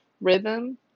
rhythm